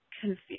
confused